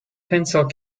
pencil